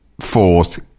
fourth